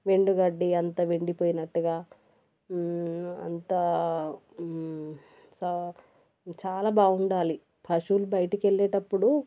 ఎండుగడ్డి అంత ఎండిపోయినట్టుగా అంతా సా చాలా బాగుండాలి పశువులు బయటికెళ్ళలేేటప్పుడు